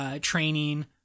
Training